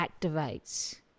activates